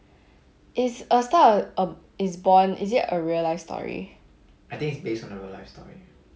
is a star a a is born is it a real life story